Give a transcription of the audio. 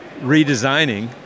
redesigning